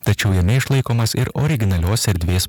tačiau jame išlaikomas ir originalios erdvės